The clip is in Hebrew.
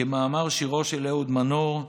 כמאמר שירו של אהוד מנור,